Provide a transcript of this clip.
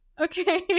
Okay